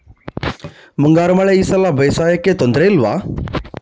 ಮುಂಗಾರು ಮಳೆ ಈ ಸಲ ಬೇಸಾಯಕ್ಕೆ ತೊಂದರೆ ಇಲ್ವ?